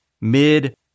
mid